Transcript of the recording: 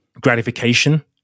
gratification